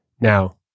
Now